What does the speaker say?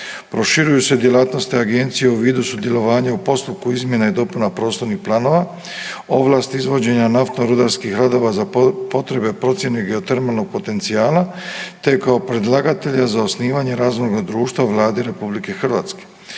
Proširuju se djelatnosti agencije u vidu sudjelovanja u postupku izmjena i dopuna prostornih planova, ovlasti izvođenja naftno rudarskih radova za potrebe procjene geotermalnog potencijala, te kao predlagatelja za osnivanje razvojnoga društva u Vladi RH. Uvodi se